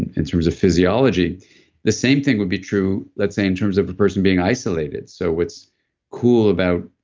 and in terms of physiology the same thing would be true, let's say, in terms of a person being isolated. so what's cool about